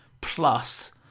Plus